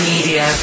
Media